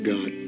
God